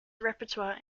repertoire